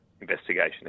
investigation